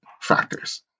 factors